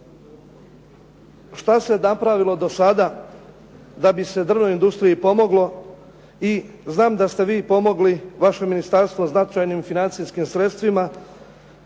Šta se napravilo do sada da bi se drvnoj industriji pomoglo? I znam da ste vi pomogli, vaše ministarstvo značajnim financijskim sredstvima.